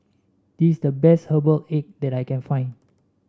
this is the best Herbal Egg that I can find